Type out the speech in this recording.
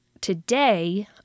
Today